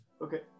Okay